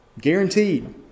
Guaranteed